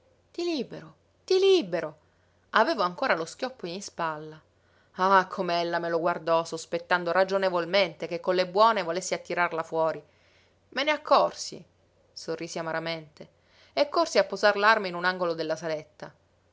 ti libero ti libero avevo ancora lo schioppo in ispalla ah come ella me lo guardò sospettando ragionevolmente che con le buone volessi attirarla fuori me ne accorsi sorrisi amaramente e corsi a posar l'arma in un angolo della saletta